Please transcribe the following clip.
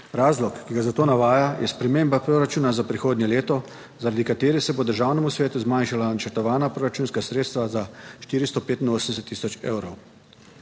Razlog, ki ga za to navaja, je sprememba proračuna za prihodnje leto, zaradi katere se bodo Državnemu svetu zmanjšala načrtovana proračunska sredstva za 485 tisoč evrov.